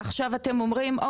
למה עוד לא עשיתם את הדבר הזה?